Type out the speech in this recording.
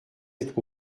être